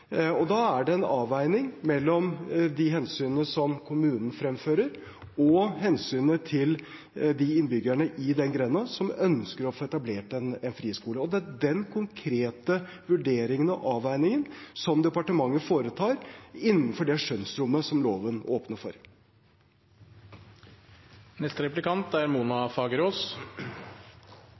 avveining mellom de hensynene som kommunen fremfører, og hensynet til de innbyggerne i den grenda som ønsker å få etablert en friskole. Det er den konkrete vurderingen og avveiningen som departementet foretar innenfor det skjønnsrommet som loven åpner